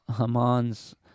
Haman's